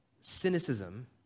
Cynicism